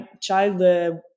child